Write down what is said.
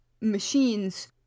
machines